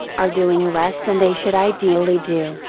are doing less than they should ideally do,